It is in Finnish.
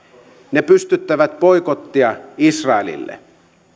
ne pystyttävät boikottia israelille